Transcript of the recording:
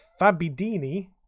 Fabidini